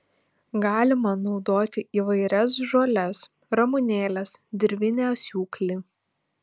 galima naudoti įvairias žoles ramunėles dirvinį asiūklį